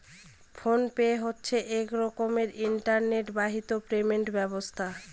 phone pay হচ্ছে এক রকমের ইন্টারনেট বাহিত পেমেন্ট ব্যবস্থা